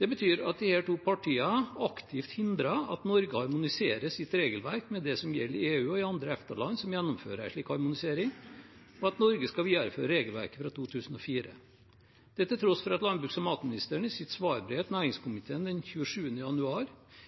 Det betyr at disse to partiene aktivt hindrer at Norge harmoniserer sitt regelverk med det som gjelder i EU og andre EFTA-land som gjennomfører en slik harmonisering, og at Norge skal videreføre regelverket fra 2004 – dette til tross for at landbruks- og matministeren i sitt svarbrev til næringskomiteen den 27. januar